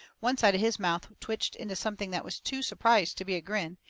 one side of his mouth twitched into something that was too surprised to be a grin,